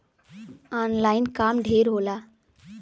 online काम ढेर होला